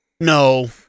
No